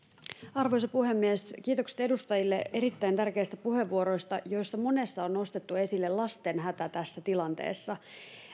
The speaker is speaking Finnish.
arvoisa puhemies kiitokset edustajille erittäin tärkeistä puheenvuoroista joissa monessa on nostettu esille lasten hätä tässä tilanteessa